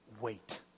Wait